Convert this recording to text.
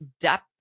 depth